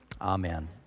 Amen